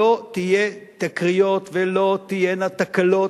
שלא תהיינה תקריות ולא תהיינה תקלות